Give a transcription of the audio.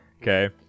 Okay